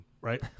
right